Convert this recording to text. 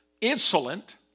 insolent